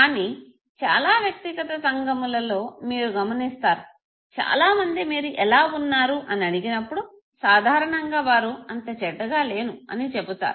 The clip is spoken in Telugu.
కానీ చాలా వ్యక్తిగత సంఘములలో మీరు గమనిస్తారు చాలా మంది మీరు ఎలా వున్నారు అని అడిగినప్పుడు సాధారణంగా వారు అంత చెడ్డగా లేను అని చెబుతారు